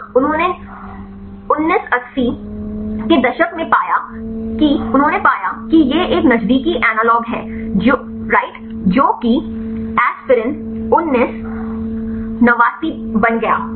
यहाँ उन्होंने 1980 के दशक में पाया कि उन्होंने पाया कि यह एक नजदीकी एनालॉग है राइट जो कि एस्पिरिन 1989 बन गया